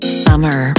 summer